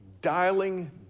dialing